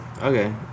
Okay